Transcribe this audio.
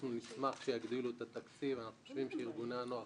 אנחנו נשמח שיגדילו את התקציב ואנחנו חושבים שארגוני הנוער